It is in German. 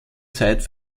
zeit